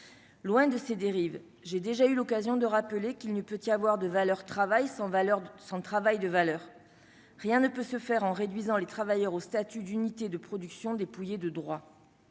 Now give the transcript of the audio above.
loin de ces dérives, j'ai déjà eu l'occasion de rappeler qu'il ne peut y avoir de valeur travail sans valeur de son travail de valeur, rien ne peut se faire en réduisant les travailleurs au statut d'unités de production dépouillé de droit